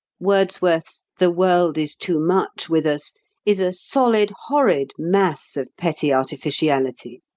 wordsworth's the world is too much with us is a solid, horrid mass of petty artificiality.